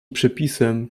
przepisem